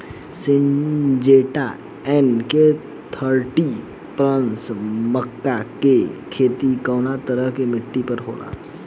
Syngenta NK thirty plus मक्का के के खेती कवना तरह के मिट्टी पर होला?